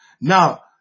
Now